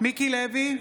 מיקי לוי,